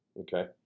Okay